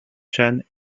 chan